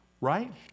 Right